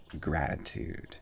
gratitude